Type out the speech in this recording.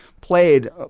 played